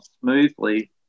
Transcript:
smoothly